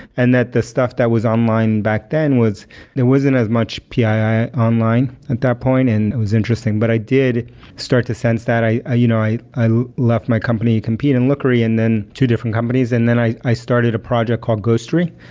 and that the stuff that was online back then was there wasn't as much pii online at that point and it was interesting. but i did start to sense that. i you know i i left my company compete and lookery, and two different companies and then i i started a project called ghostery.